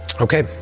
Okay